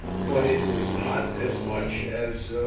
but it was not as much as